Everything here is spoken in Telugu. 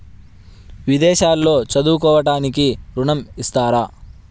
విదేశాల్లో చదువుకోవడానికి ఋణం ఇస్తారా?